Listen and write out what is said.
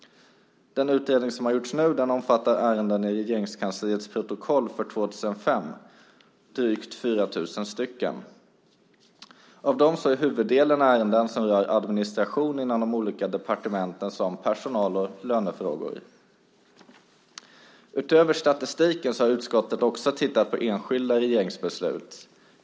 Den utredning som nu har gjorts omfattar ärenden i Regeringskansliets protokoll för år 2005, drygt 4 000 stycken. Av dem är huvuddelen ärenden som rör administration inom de olika departementen, såsom personal och lönefrågor. Utöver statistiken har utskottet också tittat på enskilda regeringsbeslut.